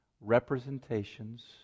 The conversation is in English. representations